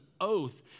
oath